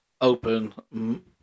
open